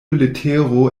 letero